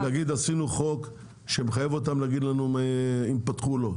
זו לא חוכמה להגיד: עשינו חוק שמחייב אותנו להגיד לנו אם פתחו או לא.